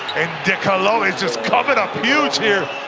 de colo is just coming up huge here!